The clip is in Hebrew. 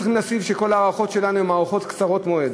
צריכים לשים לב שכל ההארכות שלנו הן הארכות קצרות מועד.